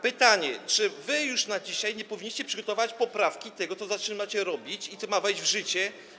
Pytanie: Czy wy już dzisiaj nie powinniście przygotować poprawki do tego, co zaczynacie robić i co ma wejść w życie?